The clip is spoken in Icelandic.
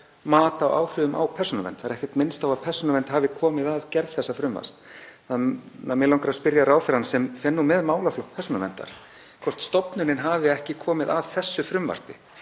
mat á áhrifum á persónuvernd. Það er ekkert minnst á að Persónuvernd hafi komið að gerð þessa frumvarps. Mig langar að spyrja ráðherrann sem fer með málaflokk persónuverndar hvort stofnunin hafi ekki komið að þessu frumvarpi.